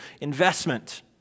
investment